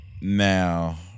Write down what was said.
now